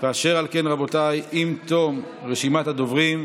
19 בעד, 43 נגד.